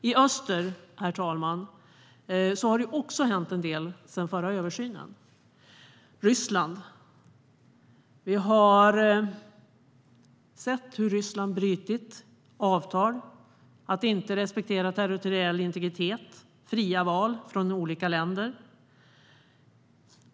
I öster, herr talman, har det också hänt en del sedan den förra översynen. Vi har sett hur Ryssland brutit avtal och inte respekterat territoriell integritet och fria val i olika länder.